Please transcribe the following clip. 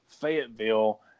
Fayetteville